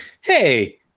Hey